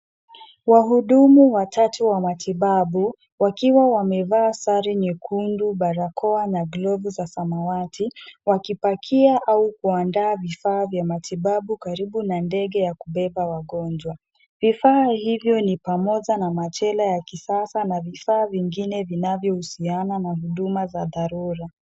Wahudumu watatu wa matibabu wakiwa wamevaa sare nyekundu barakoa na glovu za samawati wkipakia au kuandaa vifaa vya matibabu karibu na ndege ya kubeba wagonjwa. Vifaa hivyo ni pamoja na machela ya kisasa na vifaa vingine vinavyohusiana na huduma za dharura.